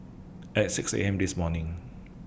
At six A M This morning